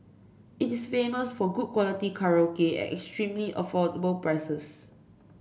it is famous for good quality karaoke at extremely affordable prices